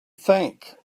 think